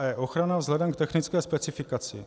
E. Ochrana vzhledem k technické specifikaci.